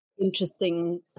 interesting